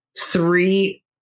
three